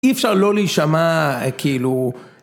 אי אפשר לא להישמע כאילו.